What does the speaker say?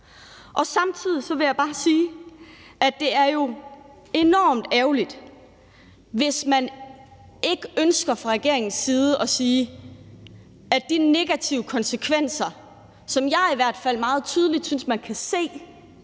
Samtidig vil jeg bare sige, at det jo er enormt ærgerligt, hvis man ikke ønsker fra regeringens side at se på de negative konsekvenser, som jeg i hvert fald meget tydeligt synes man kan se,